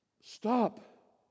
stop